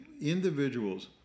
individuals